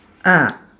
ah